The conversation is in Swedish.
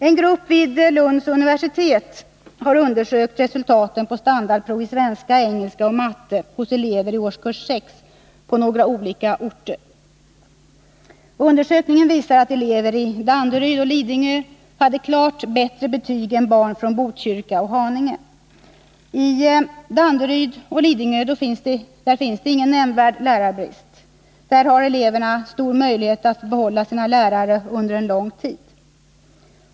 En grupp vid Lunds universitet har undersökt resultaten av standardprov i svenska, engelska och matte hos elever i årskurs 6 på några olika orter. Undersökningen visar att elever i Danderyd och Lidingö hade klart bättre betyg än barn från Botkyrka och Haninge. I Danderyd och Lidingö finns det ingen nämnvärd lärarbrist. Där har eleverna stor möjlighet att behålla sina lärare under en lång tid.